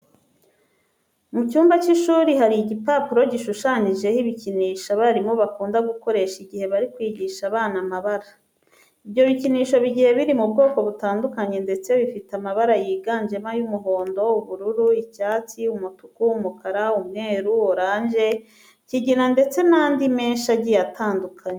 Mu cyumba cy'ishuri hari igipapuro gishushanyijeho ibikinisho abarimu bakunda gukoresha igihe bari kwigisha abana amabara. Ibyo bikinisho bigiye biri mu bwoko butandukanye ndetse bifite amabara yiganjemo ay'umuhondo, ubururu, icyatsi, umutuku, umukara, umweru, oranje, ikigina ndetse n'andi menshi agiye atandukanye.